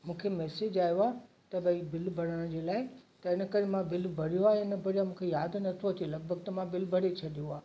मूंखे मैसेज आयो आहे त भई बिल भरण जे लाइ त इन करे मां बिल भरियो आहे मूंखे यादि नथो अचे लगभॻि त मां बिल भरे छॾियो आहे